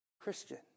Christian